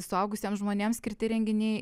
suaugusiems žmonėms skirti renginiai